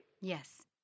Yes